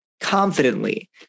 confidently